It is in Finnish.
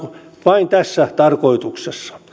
vain tässä tarkoituksessa